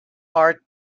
are